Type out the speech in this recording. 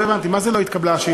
לא הבנתי: מה זה לא התקבלה השאילתה?